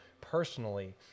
personally